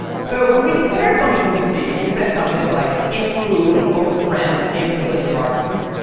so when we declared functions in c we said something like int foo and open paren and then gave it a list of arguments.